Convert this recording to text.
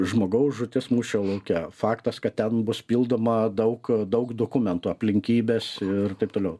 žmogaus žūtis mūšio lauke faktas kad ten bus pildoma daug daug dokumentų aplinkybes ir taip toliau